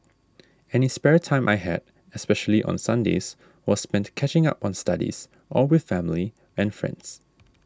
any spare time I had especially on Sundays was spent catching up on studies or with family and friends